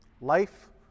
life